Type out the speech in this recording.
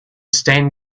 stained